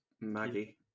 Maggie